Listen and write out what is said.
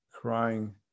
crying